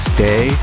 Stay